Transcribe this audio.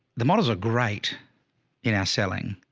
the models are great in our selling,